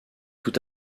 tout